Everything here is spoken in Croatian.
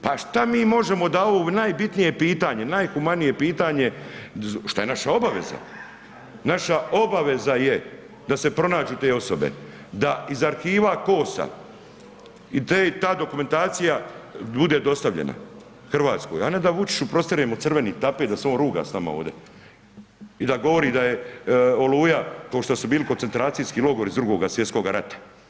Pa šta mi možemo da ovo najbitnije pitanje, najhumanije pitanje šta je naša obaveza, naša obaveza je da se pronađu te osobe, da iz arhiva KOS-a ta dokumentacija bude dostavljena Hrvatskoj a ne da Vučiću prostiremo crveni tapir da se on ruga s nama ovdje i da govori da je Oluja kao što su bili koncentracijski logori iz II. svj. rata.